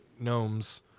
Gnomes